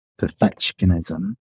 perfectionism